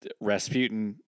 Rasputin